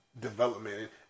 development